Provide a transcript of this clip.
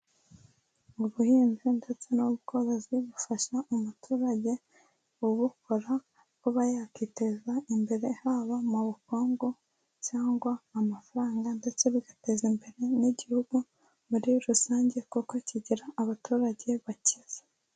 Ubuhinzi ndetse n'ubworozi bufasha umuturage ubukora kuba yakiteza imbere, haba mu bukungu cyangwa amafaranga ndetse bigateza imbere n'igihugu muri rusange kuko kigira abaturage bakize.